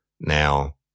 Now